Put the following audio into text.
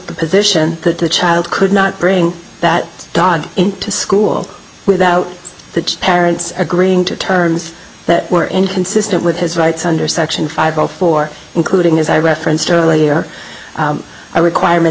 the position that the child could not bring that dog into school without the parents agreeing to terms that were inconsistent with his rights under section five all four including as i referenced earlier i requirement